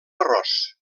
arròs